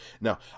Now